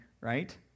right